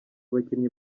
bakinnyi